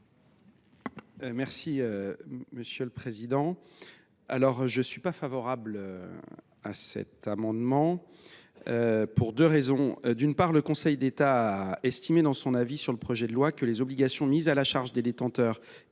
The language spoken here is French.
l’avis de la commission ? Je ne suis pas favorable à cet amendement, et ce pour deux raisons. D’une part, le Conseil d’État a estimé, dans son avis sur le projet de loi, que les obligations mises à la charge des détenteurs